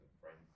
friends